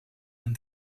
een